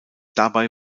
dabei